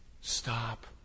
stop